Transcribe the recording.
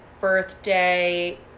birthday